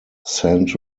saint